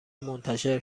منتشر